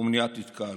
הוא מניעת התקהלויות.